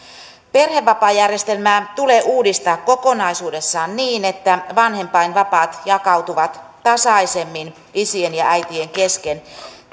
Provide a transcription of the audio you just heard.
perhevapaajärjestelmää tulee uudistaa kokonaisuudessaan niin että vanhempainvapaat jakautuvat tasaisemmin isien ja äitien kesken